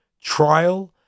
trial